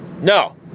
no